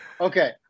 Okay